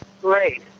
Great